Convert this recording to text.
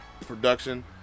production